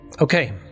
Okay